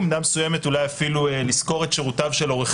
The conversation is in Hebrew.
במידה מסוימת אפילו לשכור שירותי עורך